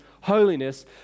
holiness